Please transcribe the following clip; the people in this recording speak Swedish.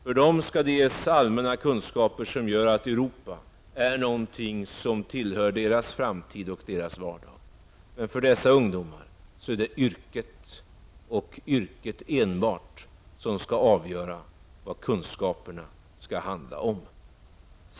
För dem skall det ges allmänna kunskaper, som gör att Europa är någonting som tillhör deras framtid och deras vardag. Men för dessa ungdomar fru Haglund är det yrket och yrket enbart som skall avgöra vad kunskaperna skall handla om.